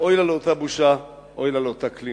"אוי לה לאותה בושה, אוי לה לאותה כלימה."